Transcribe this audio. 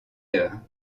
heures